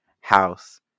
house